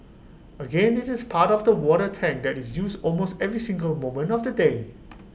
again IT is part of the water tank that is used almost every single moment of the day